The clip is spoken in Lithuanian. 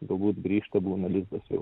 galbūt grįžta būna lizdas jau